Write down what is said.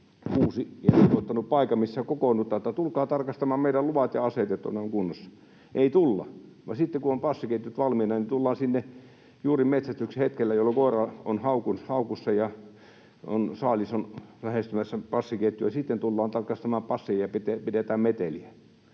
kuusi, ja ilmoittanut paikan, missä kokoonnutaan, että tulkaa tarkastamaan meidän luvat ja aseet, että ne ovat kunnossa — ei tulla, vaan sitten kun on passiketjut valmiina, tullaan sinne juuri metsästyksen hetkellä, jolloin koira on haukussa ja saalis on lähestymässä passiketjua, sitten tullaan tarkastamaan passeja ja pidetään meteliä,